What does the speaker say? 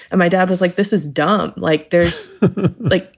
and my dad was like, this is done. like, there's like,